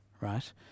right